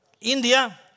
India